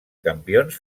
campions